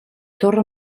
torre